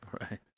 Right